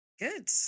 Good